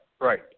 right